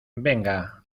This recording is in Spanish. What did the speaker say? venga